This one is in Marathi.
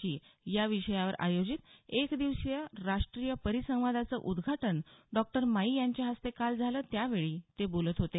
ची या विषयावर आयोजित एकदिवसीय राष्ट्रीय परिसंवादाचं उद्घाटन डॉ मायी यांच्या हस्ते काल झालं त्यावेळी ते बोलत होते